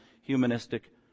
humanistic